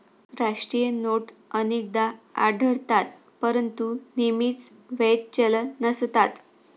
राष्ट्रीय नोट अनेकदा आढळतात परंतु नेहमीच वैध चलन नसतात